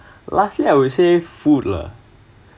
lastly I would say food lah